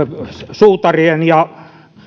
suutarien ja